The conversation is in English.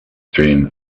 dream